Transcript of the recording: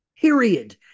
Period